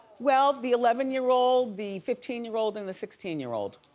well the eleven year old, the fifteen year old, and the sixteen year old.